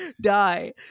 die